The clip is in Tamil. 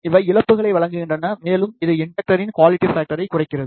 இவை இழப்புகளை வழங்குகின்றன மேலும் இது இண்டக்டரின் குவாலிட்டி ஃபாக்டரைக் குறைக்கிறது